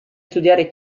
studiare